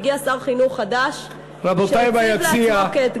והגיע שר חינוך חדש שהציב לעצמו כאתגר,